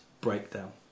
breakdown